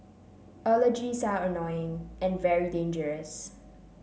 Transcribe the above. allergies are annoying and very dangerous